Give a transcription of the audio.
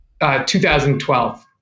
2012